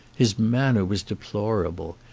his manner was deplorable.